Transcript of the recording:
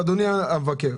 אדוני המבקר,